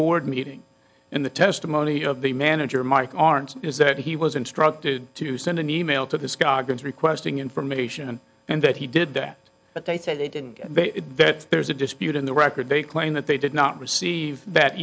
board meeting in the testimony of the manager mike aren't is that he was instructed to send an e mail to the scoggins requesting information and that he did that but they said they didn't say that there's a dispute in the record they claim that they did not receive that